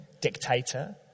dictator